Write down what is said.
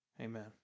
amen